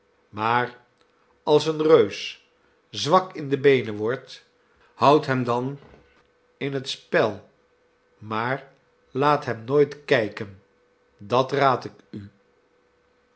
maar als een reus zwak in de beenen wordt houd hem dan in het spel maar laat hem nooit kijken dat raad ik u